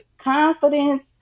confidence